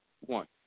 one